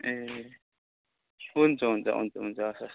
ए हुन्छ हुन्छ हुन्छ हुन्छ